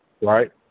right